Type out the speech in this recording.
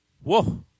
Whoa